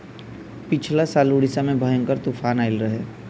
पिछला साल उड़ीसा में बड़ा भयंकर तूफान आईल रहे